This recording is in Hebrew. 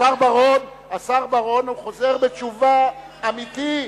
השר בר-און הוא חוזר בתשובה אמיתי.